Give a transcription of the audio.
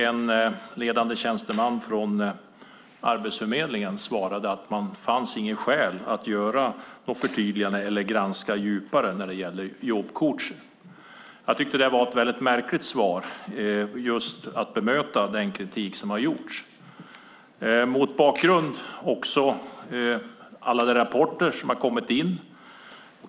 En ledande tjänsteman från Arbetsförmedlingen svarade att det inte fanns skäl att göra något förtydligande eller att granska jobbcoachningen djupare. Jag tyckte att det var ett väldigt märkligt svar för att bemöta den kritik som har framförts. Bakgrunden var också alla de rapporter som har kommit in.